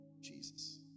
Jesus